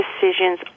decisions